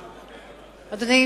אדוני,